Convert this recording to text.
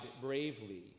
bravely